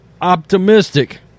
optimistic